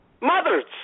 mothers